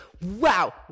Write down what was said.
wow